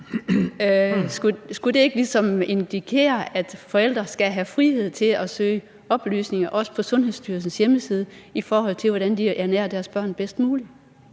skulle det ikke ligesom indikere, at forældre skal have frihed til at søge oplysninger, også på Sundhedsstyrelsens hjemmeside, i forhold til hvordan de ernærer deres børn bedst muligt?